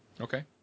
Okay